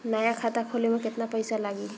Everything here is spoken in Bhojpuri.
नया खाता खोले मे केतना पईसा लागि?